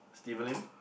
Steven Lim